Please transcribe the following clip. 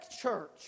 church